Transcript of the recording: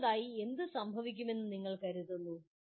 അടുത്തതായി എന്ത് സംഭവിക്കുമെന്ന് നിങ്ങൾ കരുതുന്നു